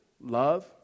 Love